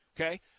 Okay